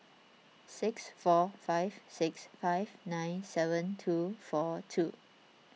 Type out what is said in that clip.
six four five six five nine seven two four two